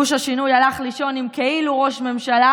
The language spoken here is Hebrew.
גוש השינוי הלך לישון עם כאילו ראש ממשלה